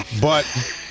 But-